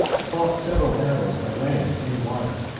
fought several battles by land and water,